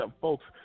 folks